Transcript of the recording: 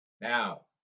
Now